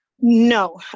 No